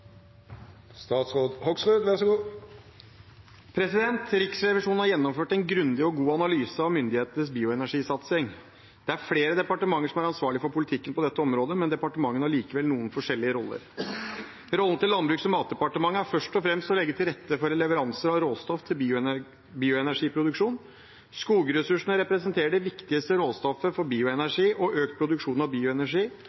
flere departementer som er ansvarlig for politikken på dette området, men departementene har likevel noe forskjellige roller. Rollen til Landbruks- og matdepartementet er først og fremst å legge til rette for leveranser av råstoff til bioenergiproduksjonen. Skogressursene representerer det viktigste råstoffet for